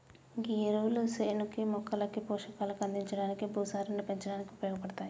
గీ ఎరువులు సేనుకి మొక్కలకి పోషకాలు అందించడానికి, భూసారాన్ని పెంచడానికి ఉపయోగపడతాయి